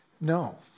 no